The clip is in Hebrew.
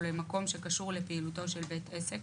או למקום שקשור לפעילותו של בית עסק,